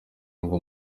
ngo